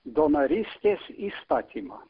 donorystės įstatymą